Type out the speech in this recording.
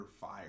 fire